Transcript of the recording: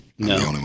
No